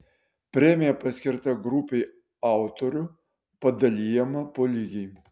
premija paskirta grupei autorių padalijama po lygiai